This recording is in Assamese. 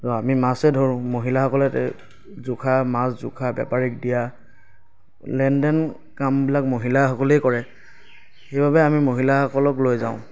আৰু আমি মাছহে ধৰোঁ মহিলাসকলে জোখা মাছ জোখা বেপাৰীক দিয়া লেন দেন কামবিলাক মহিলাসকলেই কৰে সেইবাবে আমি মহিলাসকলক লৈ যাওঁ